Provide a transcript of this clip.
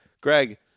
Greg